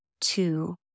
two